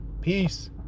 Peace